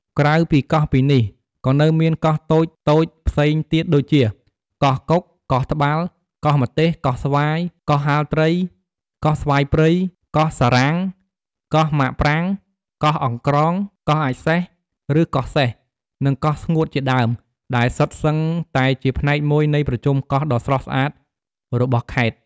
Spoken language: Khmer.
ក្រៅពីកោះពីនេះ ក៏នៅមានកូនកោះតូចៗផ្សេងទៀតដូចជា កោះកុក កោះត្បាល់ កោះម្ទេស កោះស្វាយ កោះហាលត្រី កោះស្វាយព្រៃ កោះសារ៉ាង កោះម៉ាកប្រាង កោះអង្គ្រង កោះអាចម៍សេះ ឬ កោះសេះ និង កោះស្ងួត ជាដើម ដែលសុទ្ធសឹងតែជាផ្នែកមួយនៃប្រជុំកោះដ៏ស្រស់ស្អាតរបស់ខេត្ត។